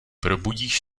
probudíš